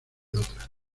otra